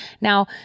Now